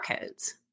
codes